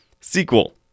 sequel